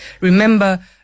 Remember